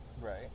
Right